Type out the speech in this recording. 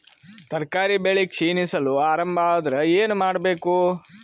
ತರಕಾರಿ ಬೆಳಿ ಕ್ಷೀಣಿಸಲು ಆರಂಭ ಆದ್ರ ಏನ ಮಾಡಬೇಕು?